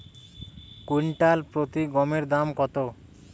Quintal প্রতি গমের দাম কত?